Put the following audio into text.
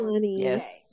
Yes